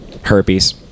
herpes